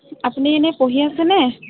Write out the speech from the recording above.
আপুনি এনেই পঢ়ি আছেনে